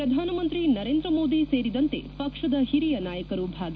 ಪ್ರಧಾನ ಮಂತ್ರಿ ನರೇಂದ್ರ ಮೋದಿ ಸೇರಿದಂತೆ ಪಕ್ಷದ ಹಿರಿಯ ನಾಯಕರು ಭಾಗಿ